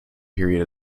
period